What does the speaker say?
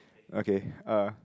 okay uh